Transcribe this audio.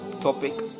topic